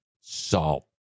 salt